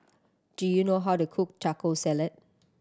do you know how to cook Taco Salad